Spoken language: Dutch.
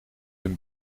een